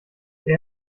der